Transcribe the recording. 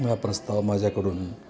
ह्या प्रस्ताव माझ्याकडून